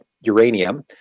uranium